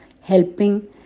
helping